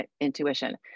intuition